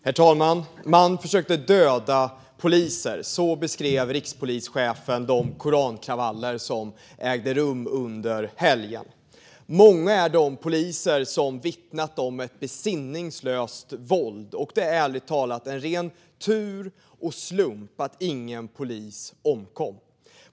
Herr talman! Man försökte döda poliser. Så beskrev rikspolischefen de korankravaller som ägde rum under helgen. Många är de poliser som vittnat om ett besinningslöst våld, och det är ärligt talat ren tur och slump att ingen polis omkom.